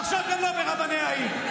ועכשיו גם לא ברבני העיר.